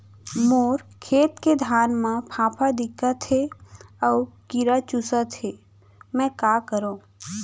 मोर खेत के धान मा फ़ांफां दिखत हे अऊ कीरा चुसत हे मैं का करंव?